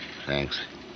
Thanks